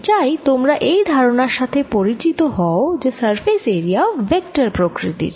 আমি চাই তোমরা এই ধারণার সাথে পরিচিত হও যে সারফেস এরিয়া ভেক্টর প্রকৃতির